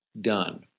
done